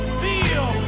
feel